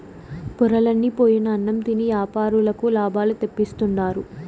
పొరలన్ని పోయిన అన్నం తిని యాపారులకు లాభాలు తెప్పిస్తుండారు